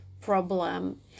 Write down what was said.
problem